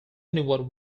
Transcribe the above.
anyone